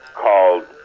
called